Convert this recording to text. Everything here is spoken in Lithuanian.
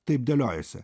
taip dėliojasi